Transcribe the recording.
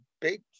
big